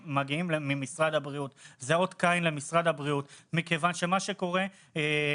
מי שהשיאה משואה על המקום האישי הזה,